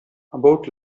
about